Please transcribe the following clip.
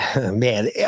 man